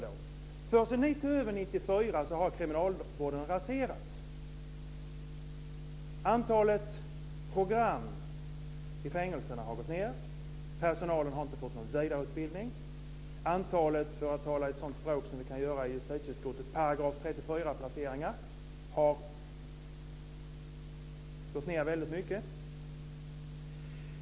Sedan ni tog över 1994 har kriminalvården raserats. Antalet program i fängelserna har gått ned. Personalen har inte fått någon vidareutbildning. Antalet - för att tala ett språk som vi kan i justitieutskottet -§ 34-placeringar har gått ned väldigt mycket.